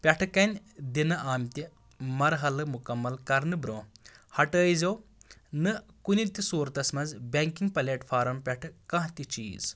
پیٚٹھٕ کنہِ دِنہٕ آمٕتۍ مرحَلہٕ مُکمل کرنہٕ برٛونٛہہ ہٹٲے زیو نہٕ کُنہِ تہِ صوٗرتس منٛز بیگِنٛگ پلیٹ فارم پیٹھٕ کانٛہہ تہِ چیٖز